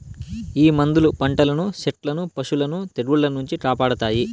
ఈ మందులు పంటలను సెట్లను పశులను తెగుళ్ల నుంచి కాపాడతాయి